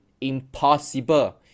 impossible